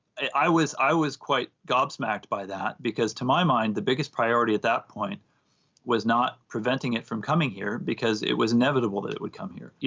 i was, i was quite gobsmacked by that, because, to my mind, the biggest priority at that point was not it it from coming here, because it was inevitable that it would come here. yeah